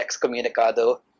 excommunicado